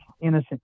innocent